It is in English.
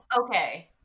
okay